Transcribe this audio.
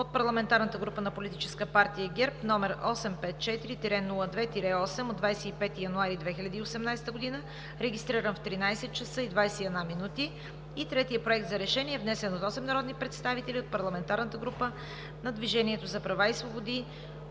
от парламентарната група на Политическа партия ГЕРБ, № 854-02-8, от 25 януари 2018 г., регистриран в 13,21 ч. И трето, Проект за решение, внесен от 8 народни представители от парламентарната група на „Движение за права и свободи“,